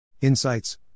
Insights